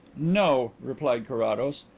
no, replied carrados.